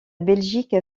belgique